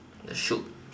shoot